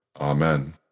Amen